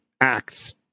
acts